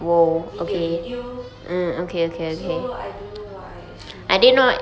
video video so I don't know what I exactly want